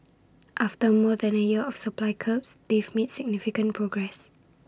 after more than A year of supply curbs they've made significant progress